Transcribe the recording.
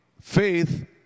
faith